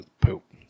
poop